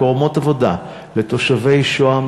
מקומות עבודה לתושבי שוהם,